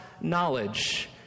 knowledge